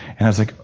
and i was like,